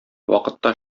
вакытта